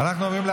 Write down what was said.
יש ועדה